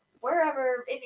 wherever